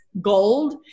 gold